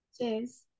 cheers